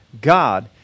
God